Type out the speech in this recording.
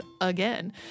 again